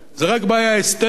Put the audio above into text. זו רק בעיה אסתטית,